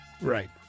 right